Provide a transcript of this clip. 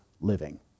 living